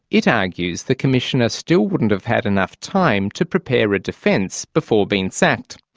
it argues the commissioner still wouldn't have had enough time to prepare a defence before being sacked.